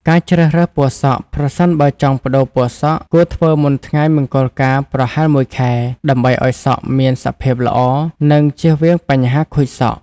ការជ្រើសរើសពណ៌សក់ ប្រសិនបើចង់ប្តូរពណ៌សក់ គួរធ្វើមុនថ្ងៃមង្គលការប្រហែលមួយខែ ដើម្បីឱ្យសក់មានសភាពល្អ និងជៀសវាងបញ្ហាខូចសក់។